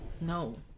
no